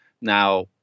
Now